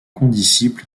condisciple